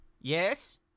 Yes